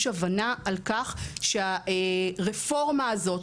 יש הבנה על כך שהרפורמה הזאת,